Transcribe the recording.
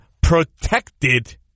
protected